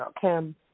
Kim